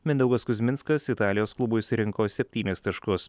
mindaugas kuzminskas italijos klubui surinko septynis taškus